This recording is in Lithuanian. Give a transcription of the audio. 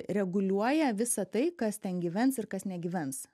reguliuoja visa tai kas ten gyvens ir kas negyvens